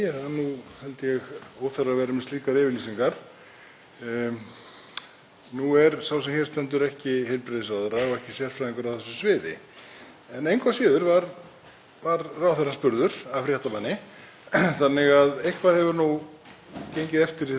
Engu að síður var ég spurður af fréttamanni þannig að eitthvað hefur nú gengið eftir í þessum heimi upp á síðkastið, þ.e. málið er á einhverri dagskrá. Menn vilja ræða það, ekki bara í eldhúskrókum og á vinnustöðum heldur líka í fjölmiðlum.